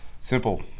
Simple